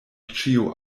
ĉiu